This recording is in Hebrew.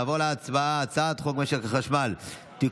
נעבור להצבעה על הצעת חוק משק החשמל (תיקון,